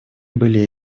были